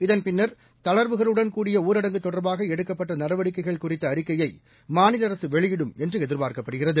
இதன் பின்னர் தளர்வுகளுடன் கூடிய ஊரடங்கு தொடர்பாக எடுக்கப்பட்ட நடவடிக்கைகள் குறித்த அறிக்கையை மாநில அரசு வெளியிடும் என்று எதிர்பார்க்கப்படுகிறது